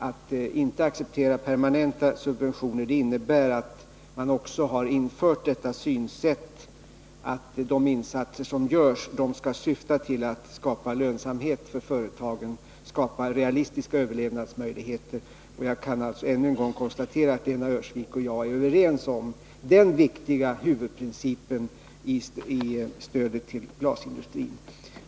Att man inte accepterar permanenta subventioner innebär att man ansluter sig till synsättet att de insatser som Om den manuella görs skall syfta till att skapa lönsamhet och realistiska överlevnadsmöjlighe — glasindustrin ter för företagen. Jag kan alltså ännu en gång konstatera att Lena Öhrsvik och jag är överens om den viktiga huvudprincipen i stödet till glasindustrin.